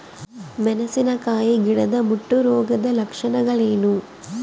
ಮೆಣಸಿನಕಾಯಿ ಗಿಡದ ಮುಟ್ಟು ರೋಗದ ಲಕ್ಷಣಗಳೇನು?